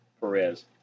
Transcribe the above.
perez